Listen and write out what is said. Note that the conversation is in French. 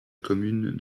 commune